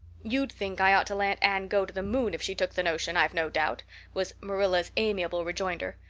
you'd think i ought to let anne go to the moon if she took the notion, i've no doubt was marilla's amiable rejoinder.